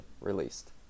released